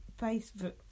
Facebook